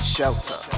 Shelter